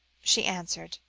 she answered,